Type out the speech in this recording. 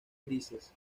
grises